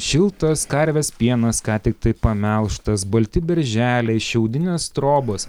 šiltas karvės pienas ką tiktai pamelžtas balti berželiai šiaudinės trobos